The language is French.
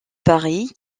paris